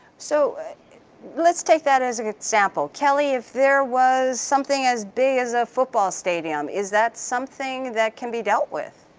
so let's take that as an example, kelly if there was something as big as a football stadium, is that something that can be dealt with?